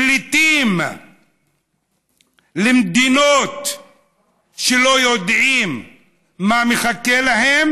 פליטים למדינות שלא יודעים מה מחכה להם,